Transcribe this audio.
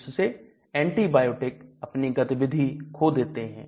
जिससे एंटीबायोटिक अपनी गतिविधि खो देते हैं